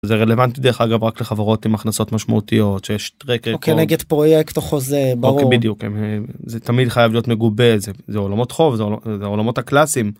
זה רלוונטי דרך אגב רק לחברות עם הכנסות משמעותיות שיש טרקר כמו, או כנגד פרויקט או חוזה ברור, בדיוק זה תמיד חייב להיות מגובה את זה, זה עולמות חוב זה עולמות הקלאסים.